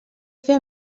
fer